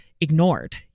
ignored